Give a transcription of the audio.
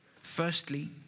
Firstly